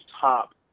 top